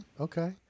okay